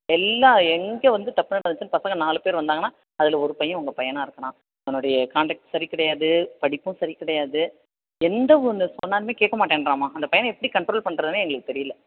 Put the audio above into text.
எல்லா எங்கே வந்து தப்பு நடந்துச்சு பசங்க நாலு பேர் வந்தாங்கன்னா அதில் ஒரு பையன் உங்கள் பையனாக இருக்கிறான் அவனுடைய கான்டேக்ட் சரி கிடையாது படிப்பும் சரி கிடையாது எந்த ஒன்று சொன்னாலுமே கேட்க மாட்டேன்றாமா அந்த பையனை எப்படி கன்ட்ரோல் பண்ணுறதுனே எங்களுக்கு தெரியல